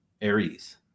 aries